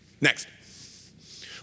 Next